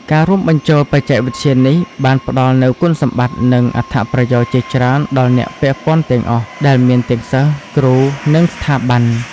ការរួមបញ្ចូលបច្ចេកវិទ្យានេះបានផ្តល់នូវ គុណសម្បត្តិ និងអត្ថប្រយោជន៍ ជាច្រើនដល់អ្នកពាក់ព័ន្ធទាំងអស់ ដែលមានទាំងសិស្ស គ្រូ និងស្ថាប័ន។